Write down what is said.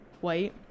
white